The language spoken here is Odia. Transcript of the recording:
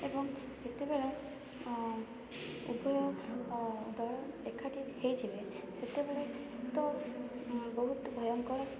ଏବଂ କେତେବେଳେ ଉଭୟ ଦଳ ଏକାଠି ହୋଇଯିବେ ସେତେବେଳେ ତ ବହୁତ ଭୟଙ୍କର